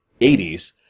80s